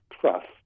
trust